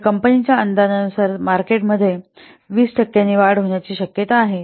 तर कंपनीच्या अंदाजानुसार मार्केटच्या संभाव्यतेत 20 टक्क्यांनी वाढ होण्याची शक्यता आहे